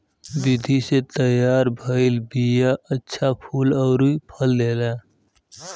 विधि से तैयार भइल बिया अच्छा फूल अउरी फल देला